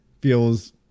feels